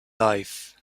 life